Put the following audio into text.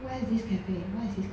where is this cafe what is it called